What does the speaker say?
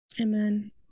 Amen